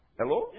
Hello